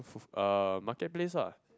uh market place lah